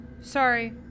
Sorry